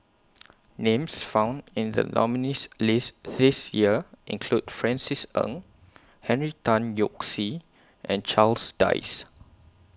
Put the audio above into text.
Names found in The nominees' list This Year include Francis Ng Henry Tan Yoke See and Charles Dyce